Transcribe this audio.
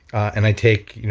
and i take, you know,